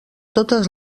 totes